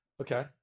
Okay